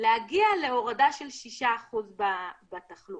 להגיע להורדה של 6% בתחלואה.